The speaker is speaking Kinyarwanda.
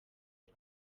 nda